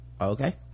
okay